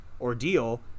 ordeal